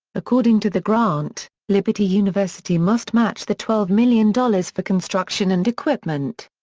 according to the grant, liberty university must match the twelve million dollars for construction and equipment.